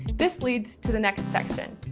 this leads to the next section.